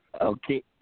Okay